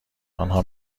آنها